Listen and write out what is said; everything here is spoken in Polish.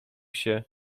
się